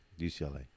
UCLA